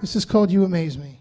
this is called you amaze me